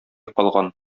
калган